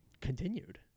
continued